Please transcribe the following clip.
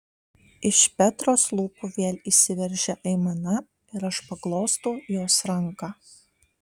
iš petros lūpų vėl išsiveržia aimana ir aš paglostau jos ranką